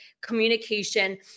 communication